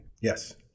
Yes